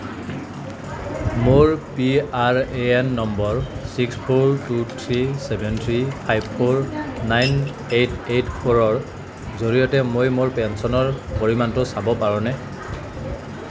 মোৰ PRAN number six four two three seven three five four nine eight eight ফ'ৰৰ জৰিয়তে মই মোৰ পেঞ্চনৰ পৰিমাণটো চাব পাৰোঁনে